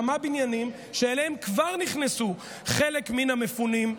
כמה בניינים שאליהם כבר נכנסו חלק מן המפונים,